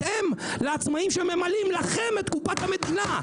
בהתאם לעצמאים שממלאים לכם את קופת המדינה.